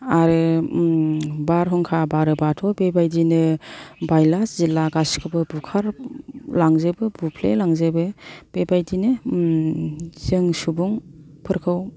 आरो बारहुंखा बारोब्लाथ' बेबादिनो बाइला जिला गासिखौबो बुखारलांजोबो बुफ्लेलांजोबो बेबादिनो जों सुबुंफोरखौ